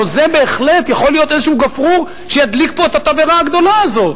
הלוא זה בהחלט יכול להיות איזה גפרור שידליק פה את התבערה הגדולה הזאת.